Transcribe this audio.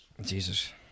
Jesus